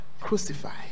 crucified